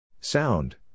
Sound